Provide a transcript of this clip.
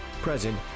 present